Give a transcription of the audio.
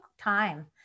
time